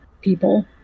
people